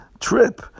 trip